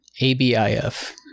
ABIF